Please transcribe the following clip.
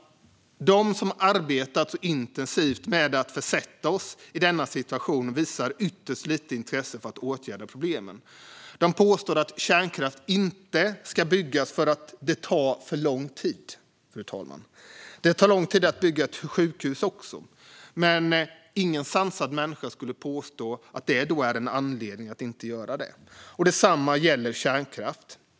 De som arbetat så intensivt med att försätta oss i denna situation visar ytterst lite intresse för att åtgärda problemen. De påstår att kärnkraft inte ska byggas "för att det tar för lång tid". Det tar lång tid att bygga ett sjukhus också. Men ingen sansad människa skulle påstå att det är en anledning till att inte göra det. Detsamma gäller kärnkraft.